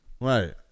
Right